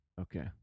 Okay